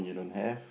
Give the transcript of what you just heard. you don't have